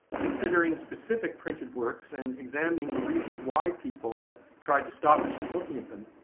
considering specific printed works and examining the reasons why people have tried to stop us from looking at them,